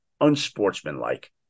unsportsmanlike